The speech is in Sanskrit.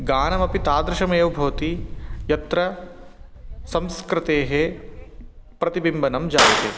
गानमपि तादृशमेव भवति यत्र संस्कृतेः प्रतिबिम्बनं जायते